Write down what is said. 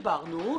דיברנו,